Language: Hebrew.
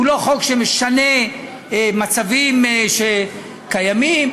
הוא לא חוק שמשנה מצבים קיימים,